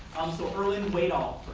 um so irwin waydal.